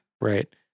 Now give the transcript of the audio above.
Right